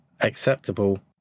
acceptable